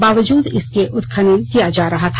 बावजूद इसके उत्खनन किया जा रहा था